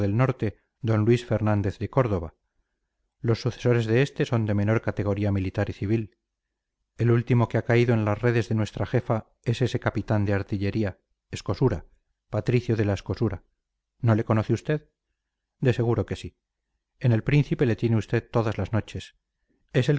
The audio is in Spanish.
norte d luis fernández de córdoba los sucesores de este son de menor categoría militar y civil el último que ha caído en las redes de nuestra jefa es ese capitán de artillería escosura patricio de la escosura no le conoce usted de seguro que sí en el príncipe le tiene usted todas las noches es